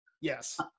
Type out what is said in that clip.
Yes